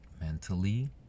mentally